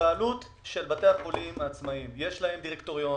הבעלות של בתי החולים העצמאיים יש להם דירקטוריון,